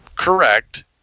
Correct